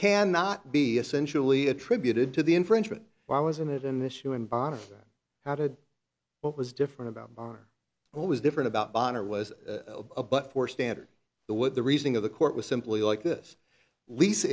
cannot be essentially attributed to the infringement why wasn't it an issue in bond how did what was different about our own was different about bond or was it a but for standard the what the reasoning of the court was simply like this lease